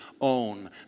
own